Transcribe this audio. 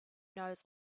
knows